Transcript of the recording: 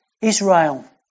Israel